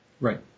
Right